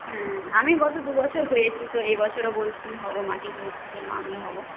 হ্যাঁ আমি গত দু বছর হয়েছি তো এবছরও বলছি হবো মাকে বলছি যে মা আমি হবো